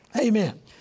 Amen